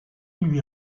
lui